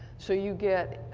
so you get